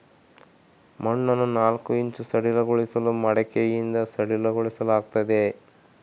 ಮಣ್ಣನ್ನು ನಾಲ್ಕು ಇಂಚು ಸಡಿಲಗೊಳಿಸಲು ಮಡಿಕೆಯಿಂದ ಸಡಿಲಗೊಳಿಸಲಾಗ್ತದೆ